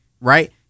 right